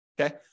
okay